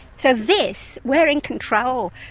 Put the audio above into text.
so this, we're in control.